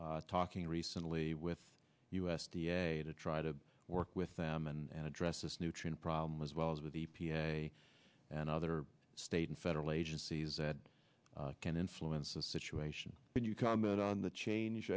talking recently with u s d a to try to work with them and address this nutrient problem as well as with e p a and other state and federal agencies that can influence a situation when you come out on the change